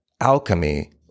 alchemy